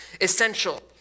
essential